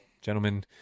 gentlemen